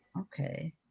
Okay